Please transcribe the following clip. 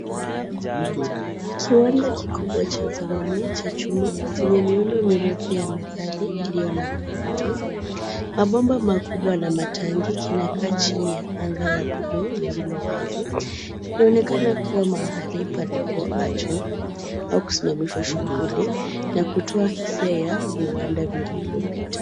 Ni kiwanda kikubwa cha zamani cha chuma chenye miundo mirefu ya metali iliyo na kutu. Mabomba makubwa na matanki kinakaa chini ya anga la bluu lililo wazi. Inaonekana kuwa mahali palipoachwa au kusimamishwa shughuli la kutoa hisia ya viwanda vilivyopita.